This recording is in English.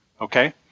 Okay